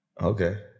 Okay